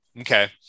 Okay